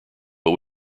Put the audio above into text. but